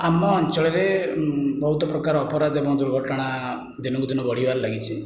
ଆମ ଅଞ୍ଚଳରେ ବହୁତ ପ୍ରକାର ଅପରାଧ ଏବଂ ଦୁର୍ଘଟଣା ଦିନକୁ ଦିନ ବଢ଼ିବାରେ ଲାଗିଛି